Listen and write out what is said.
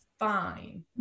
Fine